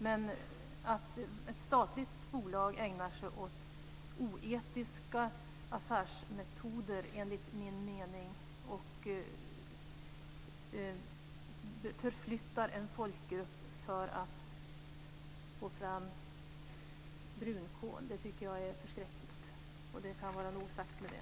Men att ett statligt bolag ägnar sig åt, enligt min mening, oetiska affärsmetoder och förflyttar en folkgrupp för att få fram brunkol tycker jag är förskräckligt, och det kan vara nog sagt med det.